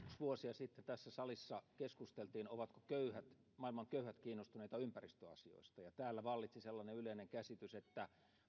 vuosia sitten tässä salissa keskusteltiin ovatko maailman köyhät kiinnostuneita ympäristöasioista ja täällä vallitsi sellainen yleinen käsitys että